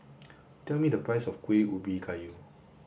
tell me the price of Kuih Ubi Kayu